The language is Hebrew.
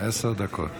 עשר דקות.